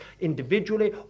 individually